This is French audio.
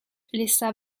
laissa